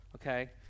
Okay